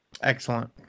excellent